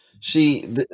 See –